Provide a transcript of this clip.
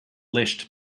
liszt